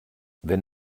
wenn